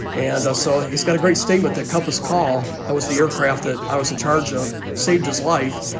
and so he's got a great statement that couples call that was the aircraft that i was in charge of saved his life.